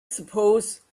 suppose